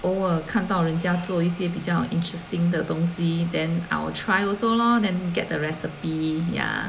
偶尔看到人家做一些比较 interesting 的东西 then I will try also lor then get the recipe ya